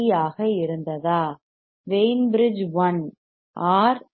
C RC ஆக இருந்ததா Wien bridge 1 R